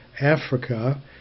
Africa